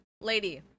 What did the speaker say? lady